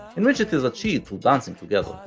in which it is achieved through dancing together.